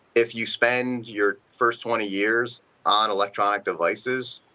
if you spent your first twenty years on electronic devices,